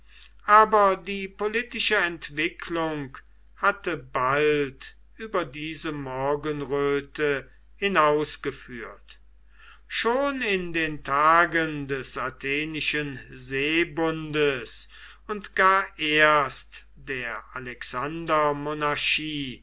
aber die politische entwicklung hatte bald über diese morgenröte hinausgeführt schon in den tagen des athenischen seebundes und gar erst der